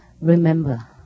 remember